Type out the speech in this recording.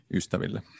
ystäville